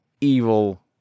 evil